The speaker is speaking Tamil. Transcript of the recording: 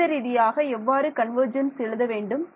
கணித ரீதியாக எவ்வாறு கன்வர்ஜென்ஸ் எழுத வேண்டும்